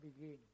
begin